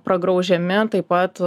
pragraužiami taip pat